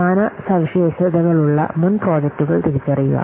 സമാന സവിശേഷതകളുള്ള മുൻ പ്രോജക്റ്റുകൾ തിരിച്ചറിയുക